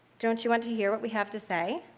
don't you want to hear what we have to say?